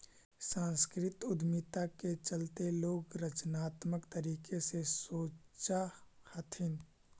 सांस्कृतिक उद्यमिता के चलते लोग रचनात्मक तरीके से सोचअ हथीन